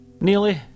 Nearly